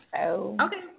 Okay